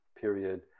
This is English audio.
period